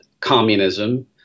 communism